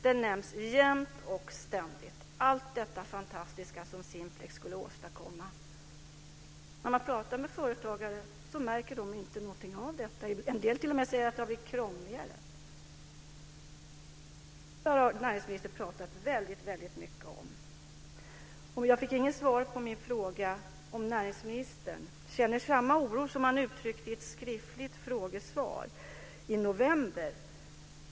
Det nämns jämnt och ständigt, allt detta fantastiska som Simplex skulle åstadkomma. När man pratar med företagare märker de ingenting av detta. En del säger t.o.m. att det har blivit krångligare. Det där har näringsministern pratat väldigt mycket om. Jag fick inget svar på min fråga om näringsministern känner samma oro som han uttryckte i ett skriftligt frågesvar i november.